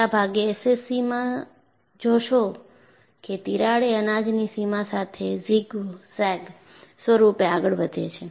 મોટાભાગે SCC માં જોશો કે તિરાડ એ અનાજની સીમા સાથે ઝિગઝેગ સ્વરૂપે આગળ વધે છે